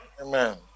Amen